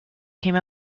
came